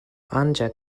ancak